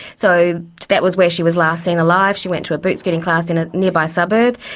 so that was where she was last seen alive. she went to a boot scooting class in a nearby suburb,